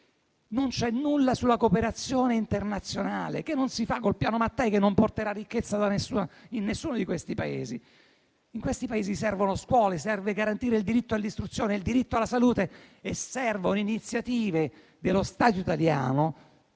Non c'è nulla sulla cooperazione internazionale, che non si fa con il Piano Mattei, che non porterà ricchezza in nessuno di questi Paesi. In questi Paesi servono scuole, serve garantire il diritto all'istruzione e il diritto alla salute e servono iniziative dello Stato italiano